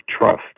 trust